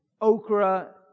okra